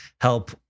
help